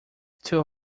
too